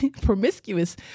promiscuous